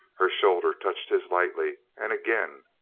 her shoulder touched his lightly, and again.